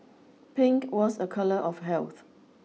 pink was a colour of health